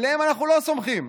עליהם אנחנו לא סומכים.